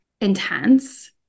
intense